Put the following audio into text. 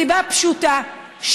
מסיבה פשוטה,